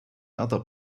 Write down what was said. other